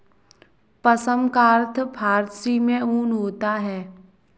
पश्म का अर्थ फारसी में ऊन होता है